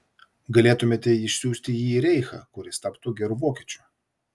galėtumėte išsiųsti jį į reichą kur jis taptų geru vokiečiu